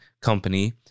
company